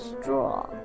straw